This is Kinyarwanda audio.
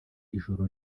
ijoro